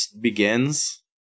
begins